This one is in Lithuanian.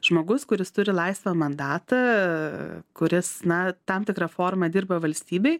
žmogus kuris turi laisvą mandatą kuris na tam tikra forma dirba valstybei